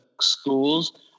schools